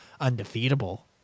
undefeatable